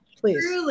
please